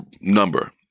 number